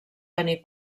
tenir